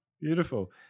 Beautiful